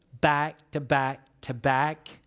back-to-back-to-back